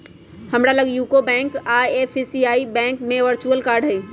हमरा लग यूको बैंक आऽ एस.बी.आई बैंक के वर्चुअल कार्ड हइ